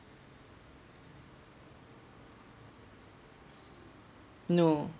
no